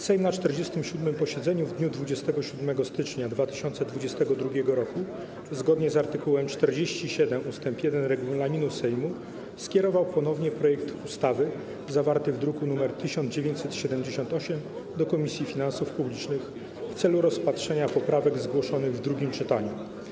Sejm na 47. posiedzeniu w dniu 27 stycznia 2022 r., zgodnie z art. 47 ust. 1 regulaminu Sejmu, skierował ponownie projekt ustawy zawarty w druku nr 1978 do Komisji Finansów Publicznych w celu rozpatrzenia poprawek zgłoszonych w drugim czytaniu.